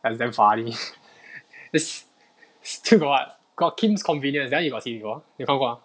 like damn funny there's still got what got kim's convenience that [one] you got see before 你有看过吗